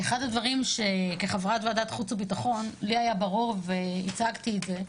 אחד הדברים שכחברת ועדת חוץ וביטחון לי היה ברור והצגתי את זה,